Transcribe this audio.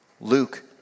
Luke